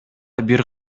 бир